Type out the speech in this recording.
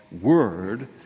word